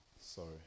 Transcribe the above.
sorry